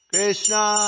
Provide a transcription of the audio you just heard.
Krishna